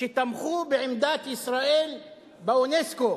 תמכו בעמדת ישראל באונסק"ו.